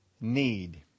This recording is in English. need